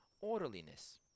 orderliness